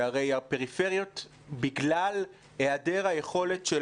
שהרי הפריפריות בגלל היעדר היכולת של